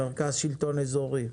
מרכז השלטון האזורי.